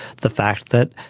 the fact that,